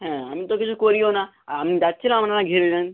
হ্যাঁ আমি তো কিছু করিও না আমি যাচ্ছিলাম আপনারা ঘিরে নিলেন